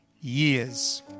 years